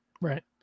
Right